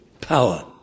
power